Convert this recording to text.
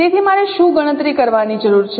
તેથી મારે શું ગણતરી કરવાની જરૂર છે